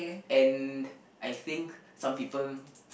and I think some people